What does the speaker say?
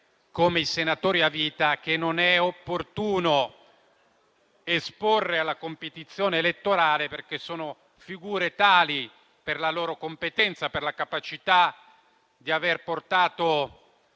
come i senatori a vita, che non è opportuno esporre alla competizione elettorale, perché sono tali per la loro competenza e per la dimostrata capacità di portare